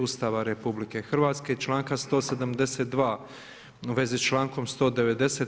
Ustava RH i članka 172. u vezi s člankom 190.